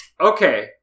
Okay